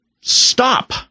stop